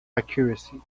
accuracy